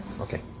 Okay